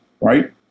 right